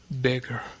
bigger